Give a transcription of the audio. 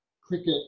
cricket